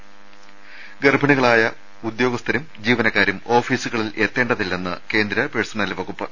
ത ഗർഭിണികളായ ഉദ്യോഗസ്ഥരും ജീവനക്കാരും ഓഫീസുകളിൽ എത്തേണ്ടതില്ലെന്ന് കേന്ദ്ര പഴ്സണൽ വകുപ്പ്